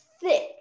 thick